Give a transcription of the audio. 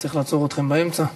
שצריך לעצור אתכם באמצע.